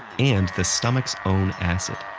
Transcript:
and the stomach's own acid.